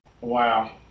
Wow